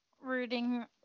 rooting